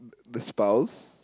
the spouse